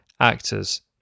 actors